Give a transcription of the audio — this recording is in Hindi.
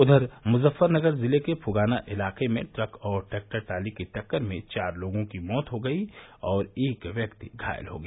उघर मुज़फ़रनगर जिले के फुगाना इलाके में ट्रक और ट्रैक्टर ट्राली की टक्कर में चार लोगों की मौत हो गई और एक व्यक्ति घायल हो गया